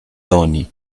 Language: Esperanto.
doni